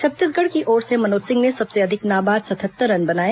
छत्तीसगढ़ की ओर से मनोज सिंह ने सबसे अधिक नाबाद सतहत्तर रन बनाए